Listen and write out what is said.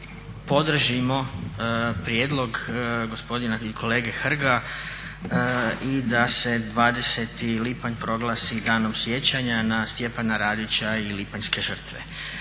podržimo prijedlog gospodina i kolege Hrga i da se 20.lipanj proglasi danom sjećanja na Stjepana Radića i lipanjske žrtve.